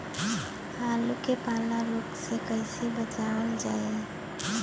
आलू के पाला रोग से कईसे बचावल जाई?